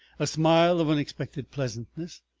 a smile of unexpected pleasantness,